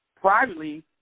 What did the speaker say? privately